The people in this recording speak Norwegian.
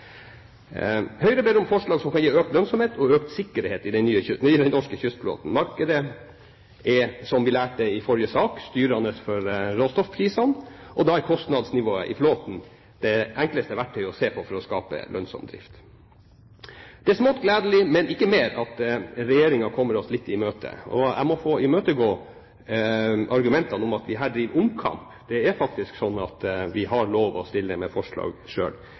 Høyre ber om tiltak som kan gi økt lønnsomhet og økt sikkerhet i den norske kystflåten. Markedet er, som vi lærte i forrige sak, styrende for råstoffprisene, og da er kostnadsnivået i flåten det enkleste verktøyet å se på for å skape lønnsom drift. Det er smått gledelig, men ikke mer, at Regjeringen kommer oss litt i møte, og jeg må få imøtegå argumentene om at vi her driver omkamp. Det er faktisk slik at vi har lov til å stille med forslag